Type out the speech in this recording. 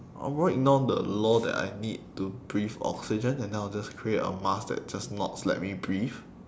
I would ignore the law that I need to breathe oxygen and then I'll just create a mask that just nots let me breathe